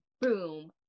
boom